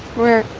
where.